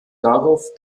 darauf